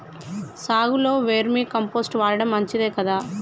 సాగులో vermicompost వాడటం మంచిదే కదా?